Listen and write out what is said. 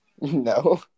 No